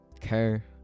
care